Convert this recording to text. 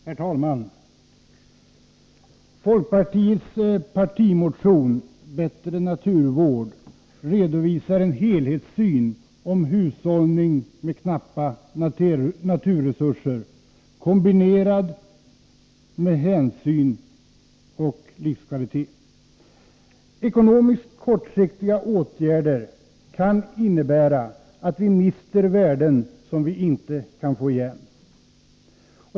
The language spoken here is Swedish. Herr talman! Folkpartiets partimotion Bättre naturvård redovisar en helhetssyn på frågan om hushållning med knappa naturresurser kombinerad med hänsyn till krav på livskvalitet. Ekonomiskt kortsiktiga åtgärder kan innebära att vi mister värden som vi inte kan få igen.